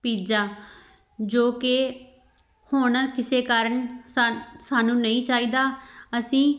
pizza ਜੋ ਕਿ ਹੁਣ ਕਿਸੇ ਕਾਰਨ ਸਾ ਸਾਨੂੰ ਨਹੀਂ ਚਾਹੀਦਾ ਅਸੀਂ